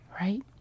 right